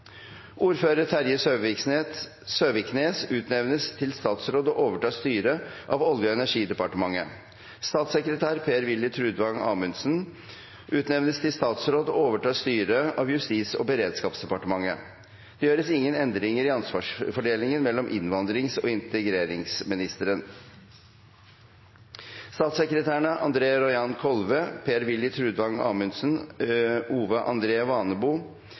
Ordfører Terje Søviknes utnevnes til statsråd og overtar styret av Olje- og energidepartementet. Statssekretær Per-Willy Trudvang Amundsen utnevnes til statsråd og overtar styret av Justis- og beredskapsdepartementet. Det gjøres ingen endringer i ansvarsdelingen med innvandrings- og integreringsministeren. Statssekretærene André Rajan Kolve, Per-Willy Trudvang Amundsen, Ove André Vanebo,